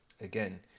again